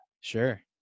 Sure